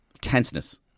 tenseness